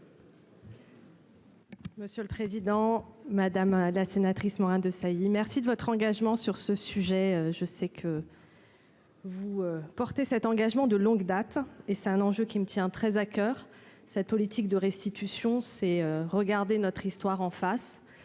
Monsieur le président, madame la sénatrice Morin-Desailly, merci de votre engagement sur ce sujet, je sais que. Vous portez cet engagement de longue date et c'est un enjeu qui me tient très à coeur cette politique de restitution, c'est regarder notre histoire en face